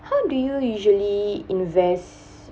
how do you usually invest